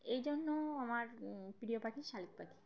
এই জন্য আমার প্রিয় পাখি শালিক পাখি